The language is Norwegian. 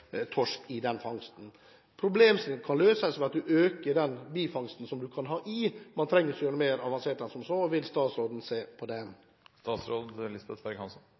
torsk i den fangsten. Problemet kan løses ved at man øker den bifangsten man kan ha. Man trenger ikke gjøre noe mer avansert enn som så. Vil statsråden se på det?